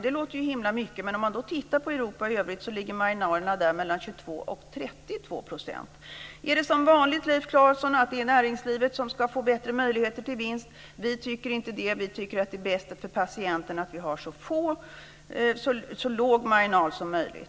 Det låter himla mycket, men om man tittar på Europa i övrigt ligger marginalerna där mellan 22 % och 32 %. Är det som vanligt, Leif Carlson, så att det är näringslivet som ska få bättre möjligheter till vinst? Vi tycker inte det. Vi tycker att det är bättre för patienten att vi har så låg marginal som möjligt.